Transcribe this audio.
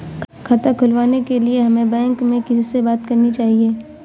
खाता खुलवाने के लिए हमें बैंक में किससे बात करनी चाहिए?